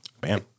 Bam